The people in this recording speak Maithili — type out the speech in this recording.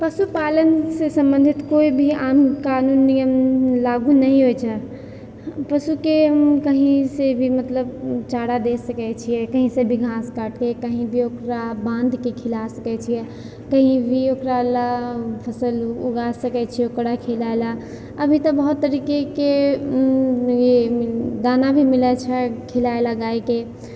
पशुपालनसँ सम्बन्धित कोइ भी आन कानून नियम लागू नहि होइ छै पशुके कहीँसँ भी मतलब चारा दै सकै छिए कहीँसँ भी घास काटिके कहीँ ओकरा बान्हिके खिला सकै छिए कहीँ भी ओकरालए फसल उगा सकै छिए ओकरा खिलाएले अभी तऽ बहुत तरीकाके ई दाना भी मिलै छै खिलाएले गाइके